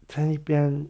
在那边